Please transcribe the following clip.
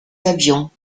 avions